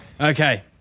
Okay